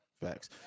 Facts